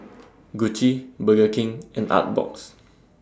Gucci Burger King and Artbox